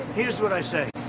here's what i say.